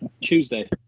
Tuesday